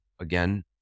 again